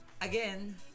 again